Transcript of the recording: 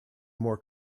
more